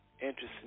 Interesting